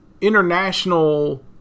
international